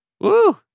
Woo